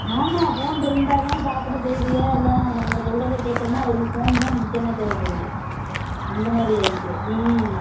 ஆமாம் ஃபோன்ருந்தான் தான் சாப்பிட செய்யுதுக இல்லை நம்ம சொல்றதை கேட்கறதுனா அதுகளுக்கு ஃபோன்தான் முக்கியமாக தேவைப்படுது அந்த மாதிரி ஆயிடுச்சு ம்